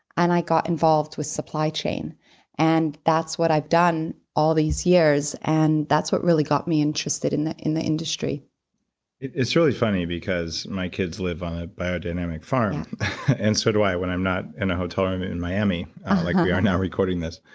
and i got involved with supply chain and that's what i've done all these years, and that's what really got me interested in the in the industry it's really funny because my kids live on a biodynamic farm and so do i when i'm not in a hotel room in miami like we are now recording this.